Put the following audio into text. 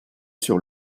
sur